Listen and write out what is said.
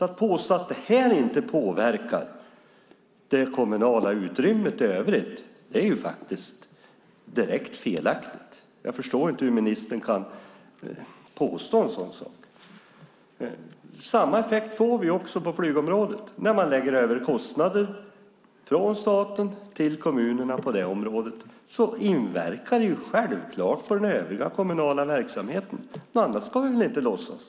Att påstå att detta inte påverkar det kommunala utrymmet i övrigt är direkt felaktigt. Jag förstår inte hur ministern kan påstå en sådan sak. Vi får samma effekt på flygområdet. När man lägger över kostnader från staten till kommunerna inverkar det självklart på den övriga kommunala verksamheten. Något annat ska vi inte låtsas.